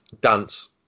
dance